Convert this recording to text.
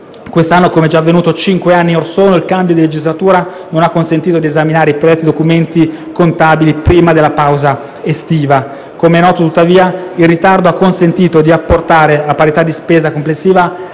Quest'anno, come già avvenuto cinque anni or sono, il cambio di legislatura non ha consentito di esaminare i predetti documenti contabili prima della pausa estiva. Come è noto, tuttavia, il ritardo ha consentito di apportare, a parità di spesa complessiva,